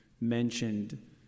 mentioned